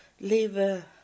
leave